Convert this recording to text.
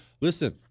Listen